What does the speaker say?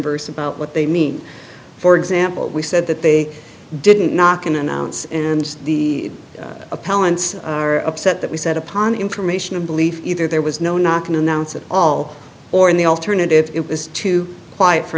verse about what they mean for example we said that they didn't knock and announce and the appellants are upset that we set upon information and belief either there was no knock and announce it all or in the alternative it was too quiet for